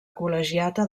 col·legiata